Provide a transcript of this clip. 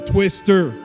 Twister